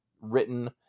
written